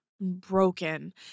broken